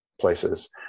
places